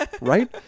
right